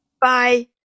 Bye